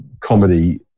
comedy